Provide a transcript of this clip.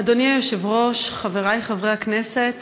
אדוני היושב-ראש, חברי חברי הכנסת,